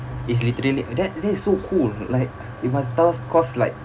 it's literally that that's so cool like you must task cause like